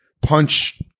punch